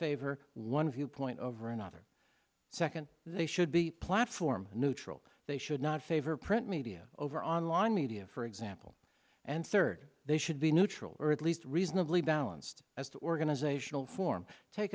favor one viewpoint of or another second they should be platform neutral they should not favor print media over online media for example and third they should be neutral or at least reasonably balanced as organizational form